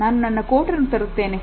ನಾನು ನನ್ನ coat ತರುತ್ತೇನೆ